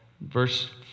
verse